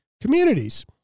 communities